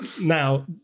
now